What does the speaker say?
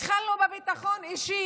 התחלנו בביטחון אישי.